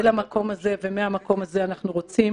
אל המקום הזה ומהמקום הזה אנחנו רוצים